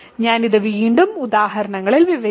ഞാൻ ഇത് വീണ്ടും ഉദാഹരണങ്ങളിൽ വിവരിക്കും